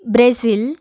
Brazil